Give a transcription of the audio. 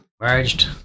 Merged